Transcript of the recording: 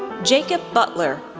jacob butler,